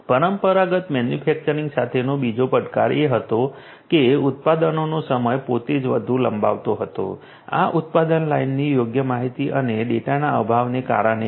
પરંપરાગત મેન્યુફેક્ચરિંગ સાથેનો બીજો પડકાર એ હતો કે ઉત્પાદનનો સમય પોતે જ વધુ લંબાવતો હતો આ ઉત્પાદન લાઇનની યોગ્ય માહિતી અને ડેટાના અભાવને કારણે છે